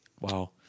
Wow